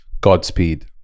Godspeed